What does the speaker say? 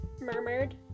murmured